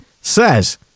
says